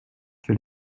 que